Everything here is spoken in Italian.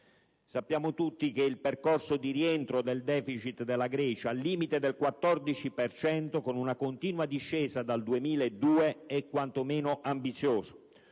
Sappiamo tutti che il percorso di rientro del deficit della Grecia dal 14 per cento, con una continua discesa dal 2002, è quantomeno ambizioso: